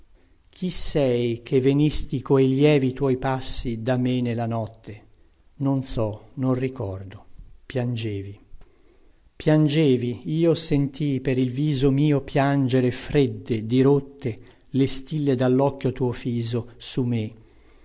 chi sei che venisti coi lieti tuoi passi da me nella notte non so non ricordo piangevi piangevi io sentii per il viso mio piangere fredde dirotte le stille dallocchio tuo fiso su me